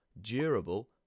durable